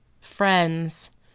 friends